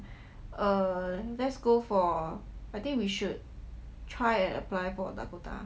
err let's go for I think we should try and apply for dakota